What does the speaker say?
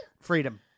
Freedom